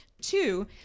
Two